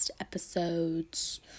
episodes